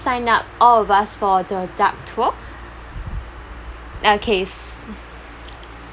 sign up all of us for the duck tour okay s~